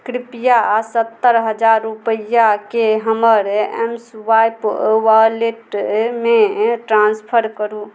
कृपया सत्तरि हजार रुपैआकेँ हमर एमस्वाइप वॉलेटमे ट्रान्सफर करू